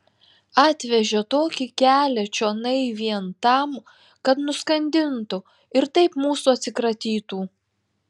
atvežė tokį kelią čionai vien tam kad nuskandintų ir taip mūsų atsikratytų